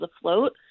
afloat